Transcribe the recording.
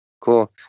Cool